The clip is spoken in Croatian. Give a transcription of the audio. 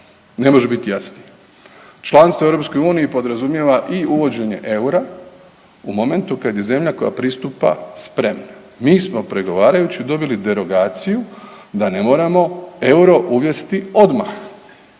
ne može bit jasniji. Članstvo u EU podrazumijeva i uvođenje eura u momentu kad je zemlja koja pristupa spremna. Mi smo pregovarajući dobili derogaciju da ne moramo euro uvesti odmah,